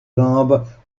jambes